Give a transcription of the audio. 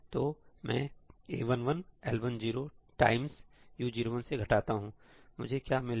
तो मैं A11 L10 U01 से घटाता हूं मुझे क्या मिलेगा